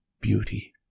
Beauty